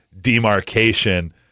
demarcation